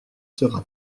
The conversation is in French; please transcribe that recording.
sera